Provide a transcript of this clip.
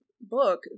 book